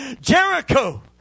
Jericho